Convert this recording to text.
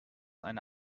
eine